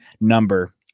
number